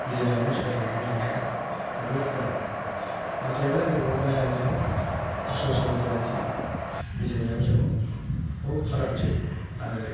गिदिंनानै सोलोंनानै लानाया जोबोद गोनां नाथायबा जों बायह्रानिजों असरसबरियानिजों गिदिंनायाव जों बहुद फारागथि आरो